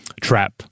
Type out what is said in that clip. trap